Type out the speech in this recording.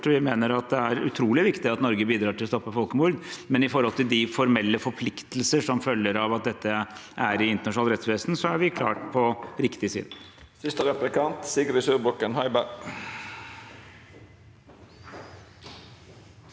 Vi mener at det er utrolig viktig at Norge bidrar til å stoppe folkemord, men i forhold til de formelle forpliktelser som følger av dette i internasjonalt rettsvesen, er vi klart på riktig side.